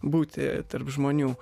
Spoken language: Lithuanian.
būti tarp žmonių